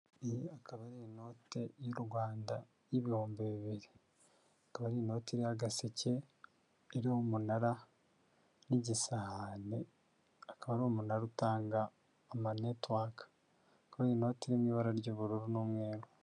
Iyi akaba ari inote y'u Rwanda y'ibihumbi bibiri akaba ari inoti iriho agaseke, iriho umunara n'igisahane, akaba ari umunara utanga amanetuwaka akaba ari inoti iri ni ibara ry'ubururu n'umweru.